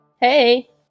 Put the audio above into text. Hey